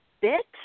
bit